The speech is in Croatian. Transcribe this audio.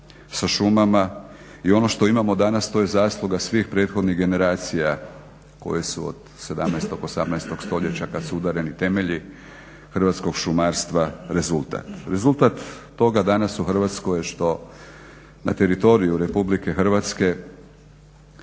sa šumama i ono što imamo danas to je zasluga svih prethodnih generacija koje su od 17., 18. stoljeća kad su udareni temelji hrvatskog šumarstva rezultat. Rezultat toga danas u Hrvatskoj je što na teritoriju RH imamo